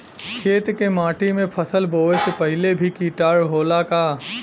खेत के माटी मे फसल बोवे से पहिले भी किटाणु होला का?